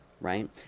right